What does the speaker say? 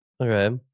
Okay